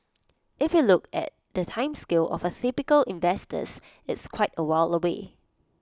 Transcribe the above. if you look at the time scale of the typical investors it's quite A while away